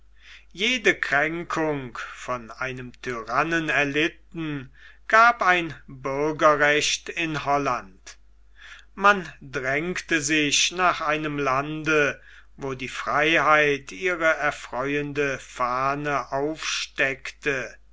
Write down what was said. jede kränkung von einem tyrannen erlitten gab ein bürgerrecht in holland man drängte sich nach einem lande wo die freiheit ihre erfreuende fahne aufsteckte